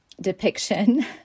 depiction